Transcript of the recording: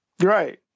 right